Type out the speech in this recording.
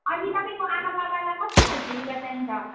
अनि तपाईँको आमा बाबालाई कस्तो खाले लुगा चाहिन्छ